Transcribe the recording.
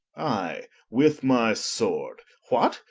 i, with my sword. what?